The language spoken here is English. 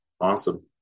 Awesome